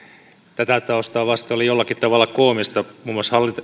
tätä taustaa vasten oli jollakin tavalla koomista kun muun muassa